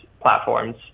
platforms